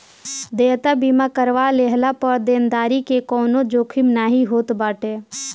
देयता बीमा करवा लेहला पअ देनदारी के कवनो जोखिम नाइ होत बाटे